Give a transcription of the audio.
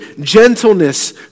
gentleness